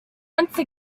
once